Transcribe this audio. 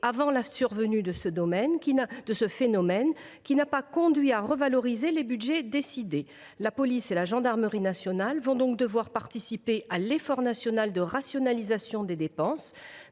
avant la survenue de ce phénomène, qui n’a pas conduit à revaloriser les budgets décidés. La police et la gendarmerie nationales vont donc devoir participer à l’effort national de rationalisation des dépenses,